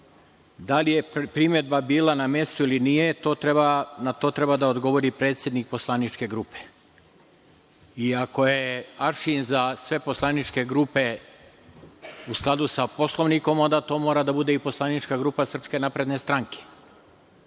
li je primedba bila na mestu ili nije, na to treba da odgovori predsednik poslaničke grupe. I ako je aršin za sve poslaničke grupe u skladu sa Poslovnikom, onda to mora da bude i poslanička grupa Srpske napredne stranke.